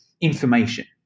information